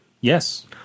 Yes